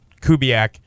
Kubiak